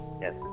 Yes